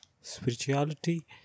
Spirituality